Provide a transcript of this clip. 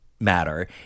matter